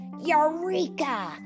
Eureka